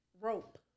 Rope